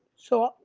so,